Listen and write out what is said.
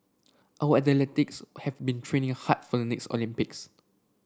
our athletes have been training hard for the next Olympics